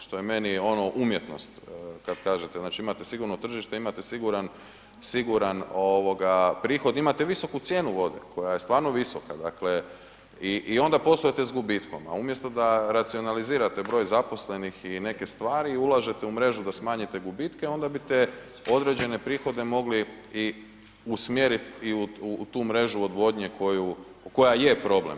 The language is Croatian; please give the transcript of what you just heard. Što je meni ono umjetnost kad kažete znači imate sigurno tržište, imate siguran prihod, imate visoku cijenu vode koja je stvarno visoka i onda poslujete s gubitkom, a umjesto da racionalizirate broj zaposlenih i neke stvari i ulažete u mrežu da smanjite gubitke onda bi te određene prihode mogli i usmjeriti i u tu mrežu odvodnje koju, koja je problem.